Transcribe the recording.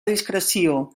discreció